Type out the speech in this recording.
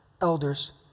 elders